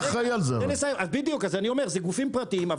גופים פרטיים,